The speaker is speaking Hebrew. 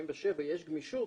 ל-67 יש גמישות